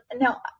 now